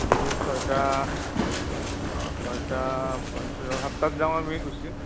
ঠিক ছয়টা অ' ছয়টা পঞ্চাছত সাতটাত যাওঁ আমি গুচি